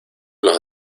los